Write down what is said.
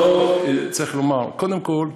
צריך לומר, קודם כול,